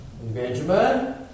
Benjamin